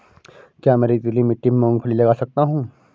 क्या मैं रेतीली मिट्टी में मूँगफली लगा सकता हूँ?